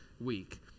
week